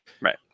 Right